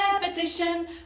repetition